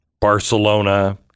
Barcelona